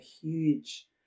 huge